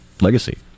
legacy